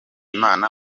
imana